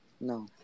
No